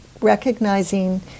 recognizing